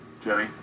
Jenny